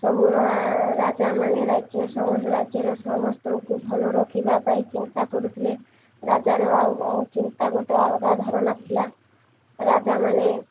ସବୁ ରାଜାମାନେ ରାଜ୍ୟ ରାଜ୍ୟର ସମସ୍ତଙ୍କୁ ଭଲ ରଖିବା ପାଇଁ ଚିନ୍ତା କରୁଥିଲେ ରାଜାର ଆଉ ଚିନ୍ତା ଗୋଟେ ଅଲଗା ଧରଣା ଥିଲା ରାଜାମାନେ